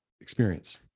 experience